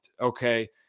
Okay